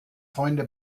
freunde